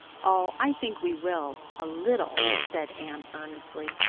oh, i think we will. a little, said anne earnestly.